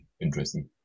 interesting